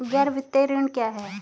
गैर वित्तीय ऋण क्या है?